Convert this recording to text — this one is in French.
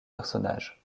personnages